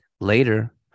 Later